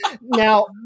Now